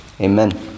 Amen